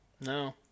No